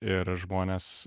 ir žmonės